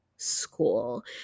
school